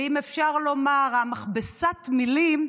ואם אפשר לומר מכבסת המילים,